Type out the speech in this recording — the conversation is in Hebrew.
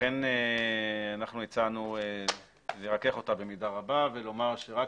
לכן אנחנו הצענו לרכך אותה במידה רבה ולומר שרק